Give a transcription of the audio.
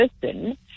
person